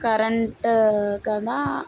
current కదా